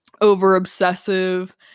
Over-obsessive